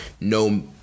no